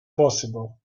possible